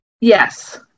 yes